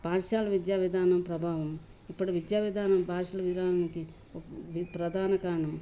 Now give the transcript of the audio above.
పాఠశాల విద్యా విధానం ప్రభావం ఇప్పుడు విద్యా విధానం పాఠశాల విధానానికి ప్రధాన కణం